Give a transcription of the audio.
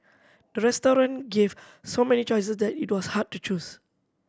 the restaurant gave so many choices that it was hard to choose